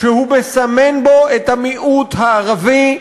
שהוא מסמן בו את המיעוט הערבי,